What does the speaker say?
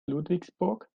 ludwigsburg